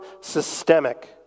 systemic